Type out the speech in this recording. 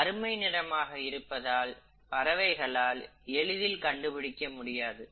கருமை நிறமாக இருப்பதால் பறவைகளால் எளிதில் கண்டுபிடிக்க முடியாது